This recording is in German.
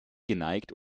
geneigt